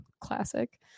classic